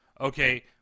Okay